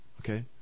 Okay